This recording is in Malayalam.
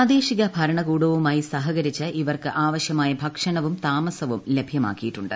പ്രാദേശിക ഭരണകൂടവുമായി സഹകരിച്ച് ഇവർക്ക് ആവശ്യമായ ഭക്ഷണവും താമസവും ലഭ്യമാക്കിയിട്ടുണ്ട്